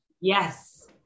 yes